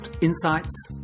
insights